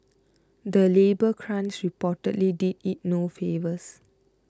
the labour crunch reportedly did it no favours